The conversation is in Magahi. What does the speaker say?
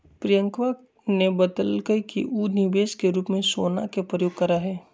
प्रियंकवा ने बतल कई कि ऊ निवेश के रूप में सोना के प्रयोग करा हई